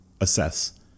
assess